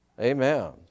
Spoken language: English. Amen